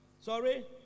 Sorry